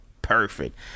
perfect